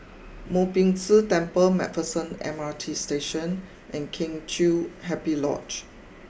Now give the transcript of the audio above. Mo Ping Tse Temple Macpherson M R T Station and Kheng Chiu Happy Lodge